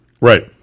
Right